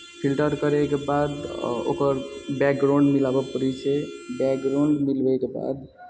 filter करयके बाद ओकर बैकग्राउण्ड मिलाबय पड़ै छै बैकग्राउण्ड मिलबैके बाद